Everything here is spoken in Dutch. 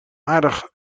aardig